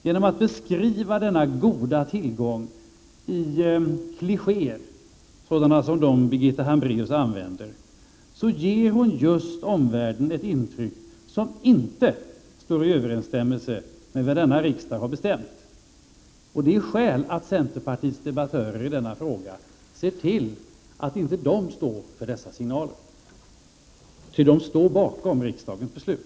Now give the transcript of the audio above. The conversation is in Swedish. Genom att beskriva denna goda tillgång i klichéer sådana som de Birgitta Hambraeus använder, ger hon just omvärlden ett intryck som inte står i överensstämmelse med vad denna riksdag har bestämt. Det finns skäl att centerpartiets debattörer i denna fråga ser till att de inte står för dessa signaler, ty de står bakom riksdagens beslut.